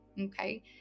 Okay